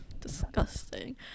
Disgusting